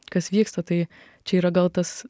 kas vyksta tai čia yra gal tas